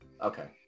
Okay